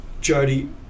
Jody